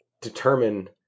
determine